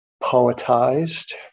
poetized